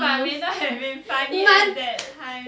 but would not have been funny as that time